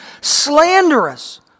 slanderous